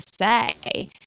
say